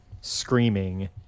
screaming